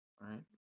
Right